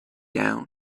down